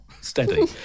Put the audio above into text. steady